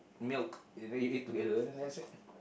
milk and then you eat together and that's it